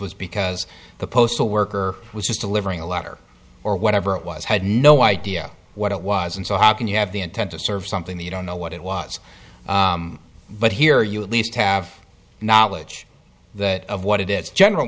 was because the postal worker was just delivering a letter or whatever it was had no idea what it was and so how can you have the intent to serve something you don't know what it was but here you at least have knowledge that of what it is general